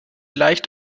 leicht